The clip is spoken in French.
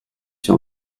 sur